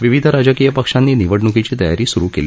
विविध राजकीय पक्षांनी निवडणूकीची तयारी स्रु केली